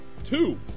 Two